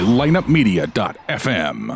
lineupmedia.fm